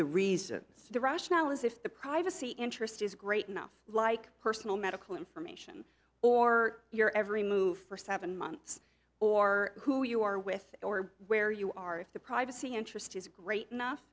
the reasons the rushnell is if the privacy interest is great enough like personal medical information or your every move for seven months or who you are with or where you are if the privacy interest is great enough